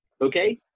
okay